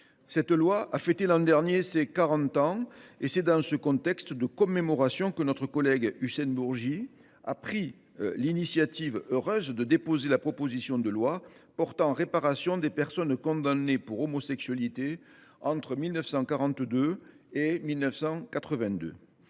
On a fêté l’an dernier les 40 ans de ce texte ; c’est dans ce contexte de commémoration que notre collègue Hussein Bourgi a pris l’initiative, heureuse, de déposer cette proposition de loi portant réparation des personnes condamnées pour homosexualité entre 1942 et 1982.